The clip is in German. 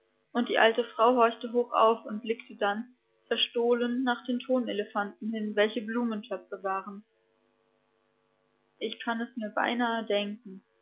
und die alte frau horchte hoch auf und blickte dann verstohlen nach den thonelefanten hin welche blumentöpfe waren ich kann es mir beinahe denken